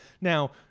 now